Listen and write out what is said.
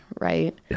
right